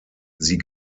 sie